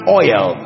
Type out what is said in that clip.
oil